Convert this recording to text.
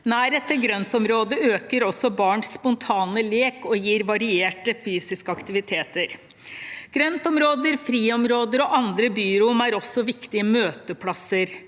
Nærhet til grøntområder øker også barns spontane lek og gir varierte fysiske aktiviteter. Grøntområder, friområder og andre byrom er også viktige møteplasser.